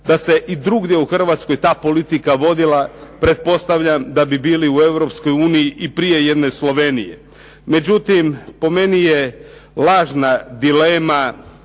da se i drugdje u Hrvatskoj ta politika vodila pretpostavljam da bi bili u Europskoj uniji i prije jedne Slovenije. Međutim, po meni je lažna dilema